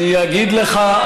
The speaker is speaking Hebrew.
אני אגיד לך,